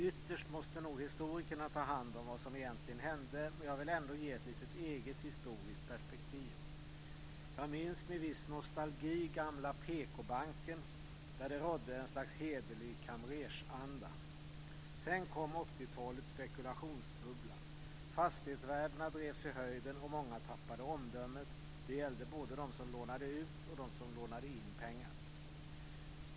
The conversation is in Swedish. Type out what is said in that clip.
Ytterst måste nog historikerna ta hand om vad som egentligen hände, men jag vill ändå ge ett eget historiskt perspektiv. Jag minns med viss nostalgi gamla PK-banken där det rådde ett slags hederlig kamrersanda. Sedan kom 80-talets spekulationsbubbla. Fastighetsvärdena drevs i höjden och många tappade omdömet. Det gällde både de som lånade ut och de som lånade in pengar.